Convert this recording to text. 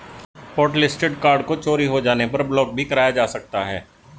hotlisted card को चोरी हो जाने पर ब्लॉक भी कराया जा सकता है